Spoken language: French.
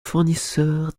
fournisseur